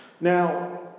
Now